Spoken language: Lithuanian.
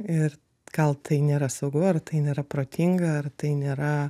ir gal tai nėra saugu ar tai nėra protinga ar tai nėra